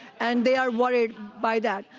and they are worried by that.